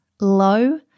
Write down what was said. low